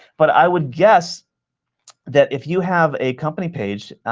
but i would guess that if you have a company page,